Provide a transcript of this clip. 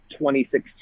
2016